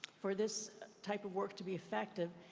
for this type of work to be effective,